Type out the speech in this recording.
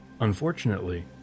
Unfortunately